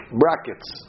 brackets